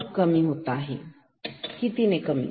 तर आउटपुट कमी होत आहे ते किती